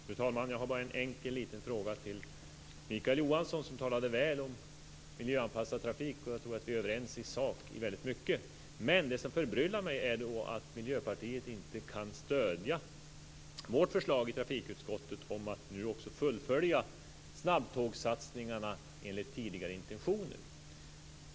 Fru talman! Jag har bara en enkel liten fråga till Mikael Johansson. Han talade väl om miljöanpassad trafik, och jag tror att vi är överens i sak om väldigt mycket. Men det som förbryllar mig är att Miljöpartiet inte kan stödja vårt förslag i trafikutskottet om att nu också fullfölja snabbtågssatsningarna enligt tidigare intentioner.